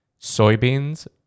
Soybeans